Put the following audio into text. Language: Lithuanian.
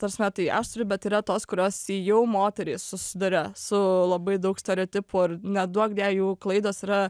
ta prasme tai aš turiu bet yra tos kurios jau moterys susiduria su labai daug stereotipų ar neduokdie jų klaidos yra